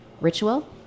ritual